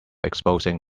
exposing